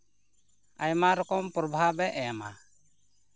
ᱟᱭᱢᱟ ᱨᱚᱠᱚᱢ ᱮᱥᱮᱨᱮ ᱮᱢᱟ